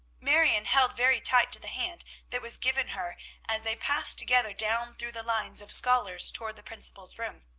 marion held very tight to the hand that was given her as they passed together down through the lines of scholars toward the principal's room.